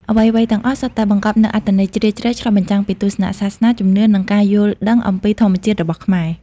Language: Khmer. អ្វីៗទាំងអស់សុទ្ធតែបង្កប់នូវអត្ថន័យជ្រាលជ្រៅ ឆ្លុះបញ្ចាំងពីទស្សនៈសាសនា ជំនឿ និងការយល់ដឹងអំពីធម្មជាតិរបស់ខ្មែរ។